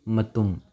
ꯃꯇꯨꯝ